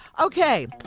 Okay